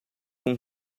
com